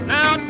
Now